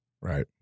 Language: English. Right